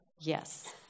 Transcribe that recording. yes